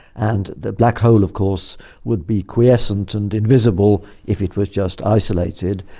and the black hole of course would be quiescent and invisible if it was just isolated,